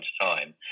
time